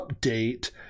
update